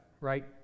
right